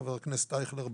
חה"כ אייכלר,